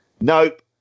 Nope